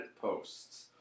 posts